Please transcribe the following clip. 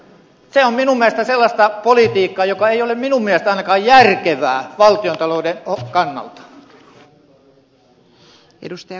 se on minun mielestäni sellaista politiikkaa joka ei ole ainakaan minun mielestäni järkevää valtionta louden kannalta